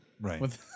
Right